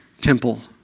temple